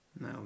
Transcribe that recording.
No